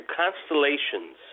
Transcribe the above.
constellations